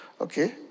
okay